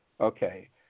Okay